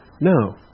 No